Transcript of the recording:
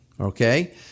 okay